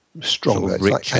stronger